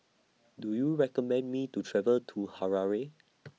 Do YOU recommend Me to travel to Harare